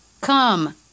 Come